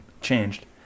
changed